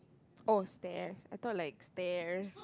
oh stairs I thought like stares